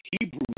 Hebrew